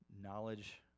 knowledge